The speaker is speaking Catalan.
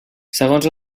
segons